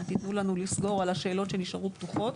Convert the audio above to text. אם תתנו לנו לסגור על השאלות שנשארו פתוחות.